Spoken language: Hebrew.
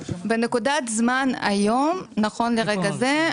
בנקודת זמן היום, נכון לרגע זה,